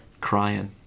crying